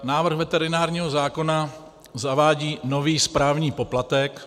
Návrh veterinárního zákona zavádí nový správní poplatek.